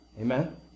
Amen